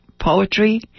poetry